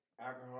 alcohol